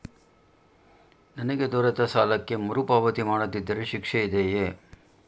ನನಗೆ ದೊರೆತ ಸಾಲಕ್ಕೆ ಮರುಪಾವತಿ ಮಾಡದಿದ್ದರೆ ಶಿಕ್ಷೆ ಇದೆಯೇ?